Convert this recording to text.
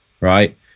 Right